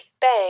bang